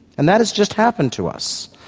and that has just happened to us.